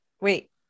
wait